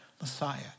Messiah